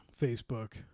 Facebook